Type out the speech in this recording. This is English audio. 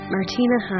Martina